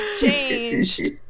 changed